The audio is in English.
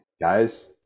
guys